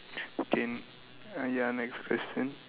okay uh ya next question